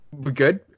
Good